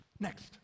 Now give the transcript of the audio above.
Next